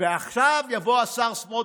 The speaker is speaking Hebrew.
ועכשיו יבוא השר סמוטריץ'